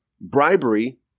bribery